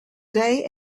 day